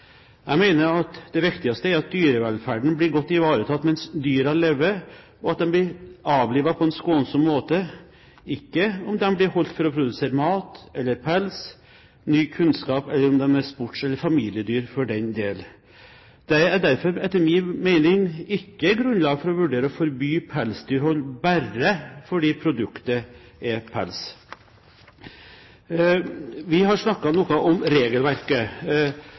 Jeg mener at det viktigste er at dyrevelferden blir godt ivaretatt mens dyrene lever, og at de blir avlivet på en skånsom måte, ikke om de blir holdt for å produsere mat eller pels eller skaffe ny kunnskap, eller om de er sports- eller familiedyr for den del. Det er derfor etter min mening ikke grunnlag for å vurdere å forby pelsdyrhold bare fordi produktet er pels. Vi har snakket noe om regelverket.